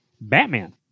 Batman